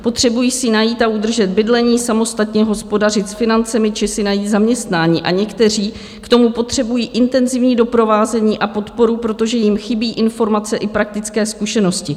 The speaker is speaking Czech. Potřebují si najít a udržet bydlení, samostatně hospodařit s financemi či si najít zaměstnání a někteří k tomu potřebují intenzivní doprovázení a podporu, protože jim chybí informace i praktické zkušenosti.